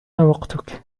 وقتك